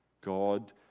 God